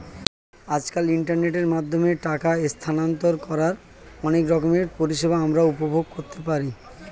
আজকাল ইন্টারনেটের মাধ্যমে টাকা স্থানান্তর করার অনেক রকমের পরিষেবা আমরা উপভোগ করতে পারি